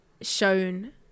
shown